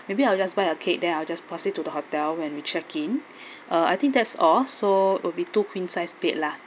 maybe I'll just buy a cake then I'll just post it to the hotel when we check in uh I think that's all so will be two queen size bed lah